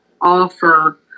offer